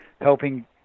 helping